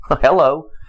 Hello